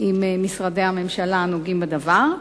עם משרדי הממשלה הנוגעים בדבר.